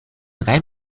rein